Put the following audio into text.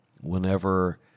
Whenever